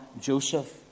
Joseph